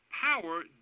power